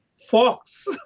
fox